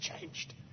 changed